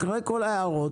אחרי כל ההערות,